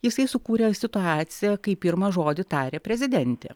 jisai sukūrė situaciją kai pirmą žodį tarė prezidentė